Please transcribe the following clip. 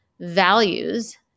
Values